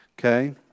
Okay